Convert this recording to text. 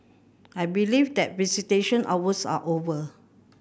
I believe that visitation hours are over